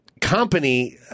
company